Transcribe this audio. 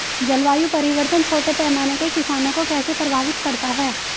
जलवायु परिवर्तन छोटे पैमाने के किसानों को कैसे प्रभावित करता है?